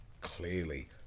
clearly